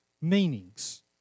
meanings